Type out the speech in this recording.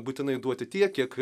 būtinai duoti tiek kiek